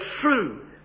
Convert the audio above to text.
true